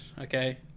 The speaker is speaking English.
okay